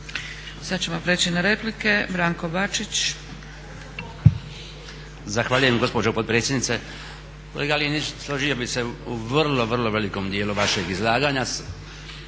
Sad ćemo prijeći na replike. Branko Bačić. **Bačić, Branko (HDZ)** Zahvaljujem gospođo potpredsjednice. Kolega Linić, složio bih se u vrlo, vrlo velikom dijelu vašeg izlaganja